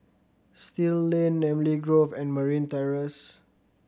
Still Lane Namly Grove and Marine Terrace